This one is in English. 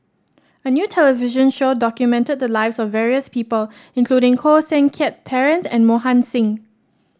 a new television show documented the lives of various people including Koh Seng Kiat Terence and Mohan Singh